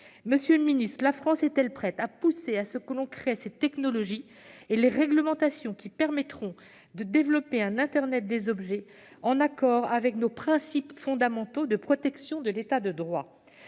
Monsieur le secrétaire d'État, la France est-elle prête à pousser à la création desdites technologies et des réglementions qui permettront de développer un internet des objets en accord avec nos principes fondamentaux de protection de l'État de droit ?